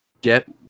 get